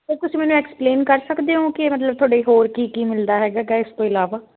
sir ਤੁਸੀਂ ਮੈਨੂੰ explain ਕਰ ਸਕਦੇ ਹੋ ਕਿ ਮਤਲਬ ਤੁਹਾਡੇ ਹੋਰ ਕੀ ਕੀ ਮਿਲਦਾ ਹੈਗਾ ਗਾ ਇਸ ਤੋਂ ਇਲਾਵਾ